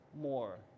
more